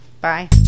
Bye